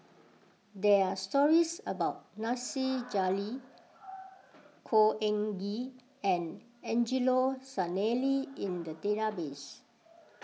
there are stories about Nasir Jalil Khor Ean Ghee and Angelo Sanelli in the database